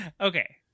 Okay